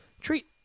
Treat